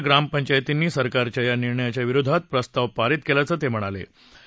नऊ हजार ग्रामपंचायतींनी सरकारच्या या निर्णयाच्या विरोधात प्रस्ताव पारित केल्याचं ते म्हणाले